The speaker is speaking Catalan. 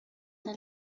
del